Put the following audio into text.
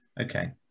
Okay